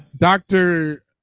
Doctor